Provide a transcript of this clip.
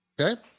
okay